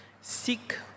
Seek